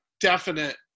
definite